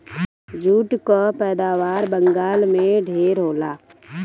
jute कअ पैदावार बंगाल में ढेर होला